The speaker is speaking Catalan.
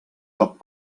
cop